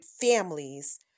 families